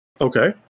Okay